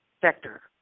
sector